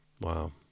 Wow